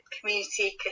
community